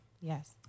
Yes